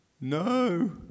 No